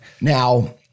now